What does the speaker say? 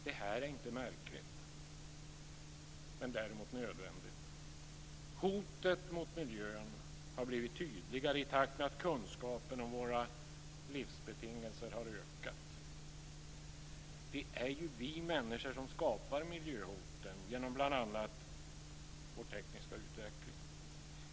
Det är inte märkligt. Däremot är det nödvändigt. Hoten mot miljön har blivit tydligare i takt med att kunskapen om våra livsbetingelser har ökat. Det är ju vi människor som skapar miljöhoten genom bl.a. vår tekniska utveckling.